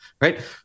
right